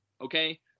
Okay